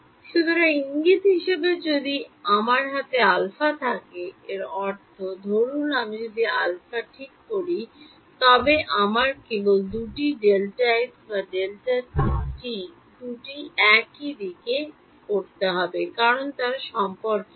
সুতরাং ইঙ্গিত হিসাবে যদি আমার হাতে আলফা থাকে এর অর্থ ধরুন আমি যদি আলফা ঠিক করি তবে আমার কেবল দুটি Δt বা Δx দুটিতে একটি ঠিক করতে হবে কারণ তারা সম্পর্কিত